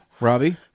Robbie